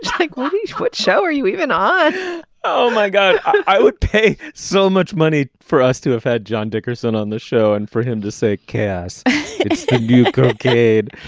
like what what show are you even on oh my god. i would pay so much money for us to have had john dickerson on the show and for him to say yes you kid.